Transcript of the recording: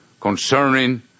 concerning